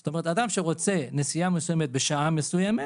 זאת אומרת, אדם שרוצה נסיעה מסוימת בשעה מסוימת